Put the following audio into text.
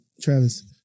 Travis